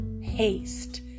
haste